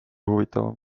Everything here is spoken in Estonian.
huvitavam